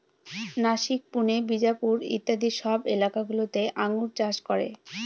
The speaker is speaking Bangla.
নাসিক, পুনে, বিজাপুর ইত্যাদি সব এলাকা গুলোতে আঙ্গুর চাষ করে